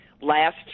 last